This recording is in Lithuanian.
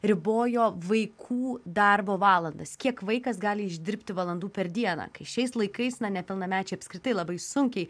ribojo vaikų darbo valandas kiek vaikas gali išdirbti valandų per dieną kai šiais laikais na nepilnamečiai apskritai labai sunkiai